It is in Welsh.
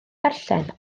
darllen